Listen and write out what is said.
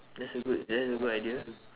that's a good that's a good idea